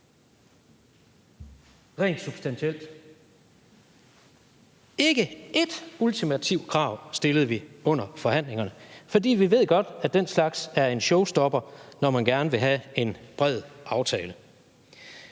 rent substantielt – ikke ét ultimativt krav stillede vi under forhandlingerne, for vi ved godt, at den slags er en showstopper, når man gerne vil have en bred aftale.